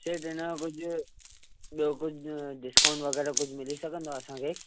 सेठ हिन जो कुझु ॿियो कुझु डिस्काउंट वग़ैरह कुझु मिली सघंदो आहे असांखे